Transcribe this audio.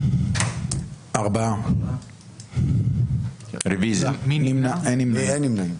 שלושה בעד, ארבעה נגד, אין נמנעים.